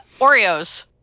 Oreos